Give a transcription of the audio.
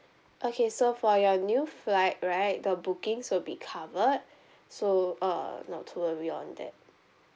okay so for your new flight right the bookings will be covered so uh not to worry on that